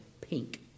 pink